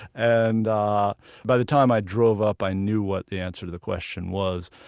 and by the time i drove up, i knew what the answer to the question was.